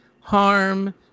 harm